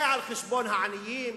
זה על חשבון העניים?